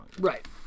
Right